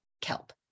kelp